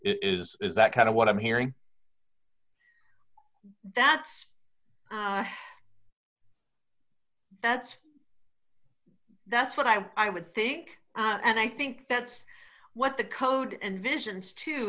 is is that kind of what i'm hearing that's that's that's what i'm i would think and i think that's what the code and visions to